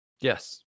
Yes